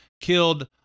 killed